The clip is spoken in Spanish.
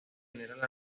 general